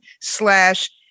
slash